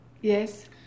Yes